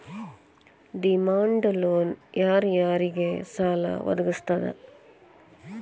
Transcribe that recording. Demand loan ಯಾರ್ ಯಾರಿಗ್ ಸಾಲಾ ವದ್ಗಸ್ತದ?